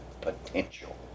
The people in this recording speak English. potential